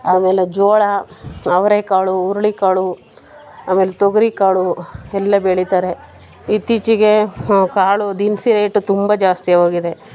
ಆಮೇಲೆ ಜೋಳ ಅವರೆಕಾಳು ಉರುಳಿಕಾಳು ಆಮೇಲೆ ತೊಗರಿಕಾಳು ಎಲ್ಲ ಬೆಳೀತಾರೆ ಇತ್ತೀಚೆಗೆ ಕಾಳು ದಿನಸಿ ರೇಟ್ ತುಂಬ ಜಾಸ್ತಿ ಆಗಿ ಹೋಗಿದೆ